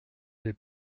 les